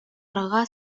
арҕаа